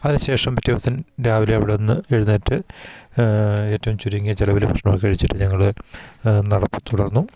അതിന് ശേഷം പിറ്റേ ദിവസം രാവിലെ അവിടെനിന്ന് എഴുന്നേറ്റ് ഏറ്റവും ചുരുങ്ങിയ ചെലവിൽ ഭക്ഷണം ഒക്കെ കഴിച്ചിട്ട് ഞങ്ങൾ നടപ്പ് തുടര്ന്നു